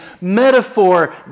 Metaphor